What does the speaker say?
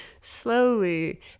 slowly